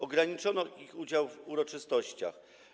Ograniczono ich udział w tych uroczystościach.